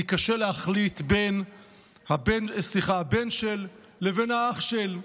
כי קשה להחליט בין הבן-של לבין האח-של.